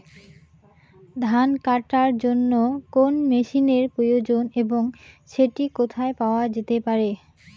ধান কাটার জন্য কোন মেশিনের প্রয়োজন এবং সেটি কোথায় পাওয়া যেতে পারে?